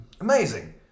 Amazing